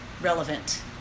relevant